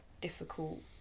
difficult